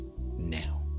now